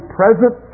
present